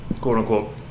quote-unquote